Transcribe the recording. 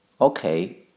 Okay